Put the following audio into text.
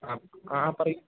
ആ ആ ആ പറയൂ